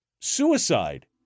suicide